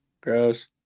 Gross